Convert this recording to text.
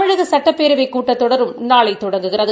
தமிழக சட்டப்பேரவைக் கூட்டத்தொடரும் நாளை தொடங்குகிறது